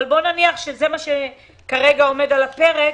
אבל בוא נניח שזה מה שכרגע עומד על הפרק,